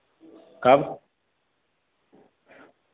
कब